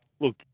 look